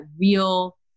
real